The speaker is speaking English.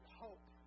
hope